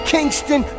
Kingston